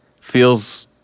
feels